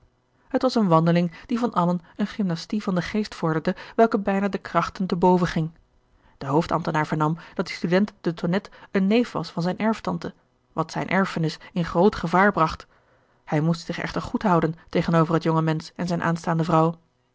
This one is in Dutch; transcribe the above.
het was een wandeling die van allen eene gymnastie van den geest vorderde welke bijna de krachten te boven ging de hoofd ambtenaar vernam dat die student de tonnette een neef was van zijne erftante wat zijne erfenis in groot gevaar bracht hij moest zich echter goed houden tegenover het jonge mensch en zijne aanstaande vrouw